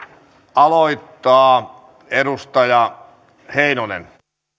aloittaa edustaja heinonen